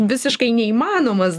visiškai neįmanomas